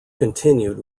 continued